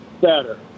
better